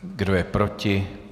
Kdo je proti?